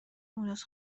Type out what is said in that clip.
مونس